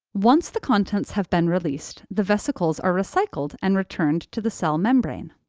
once the contents have been released, the vesicles are recycled and returned to the cell membrane.